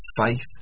faith